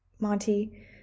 Monty